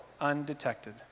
undetected